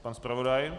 Pan zpravodaj?